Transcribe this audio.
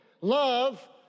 Love